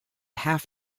half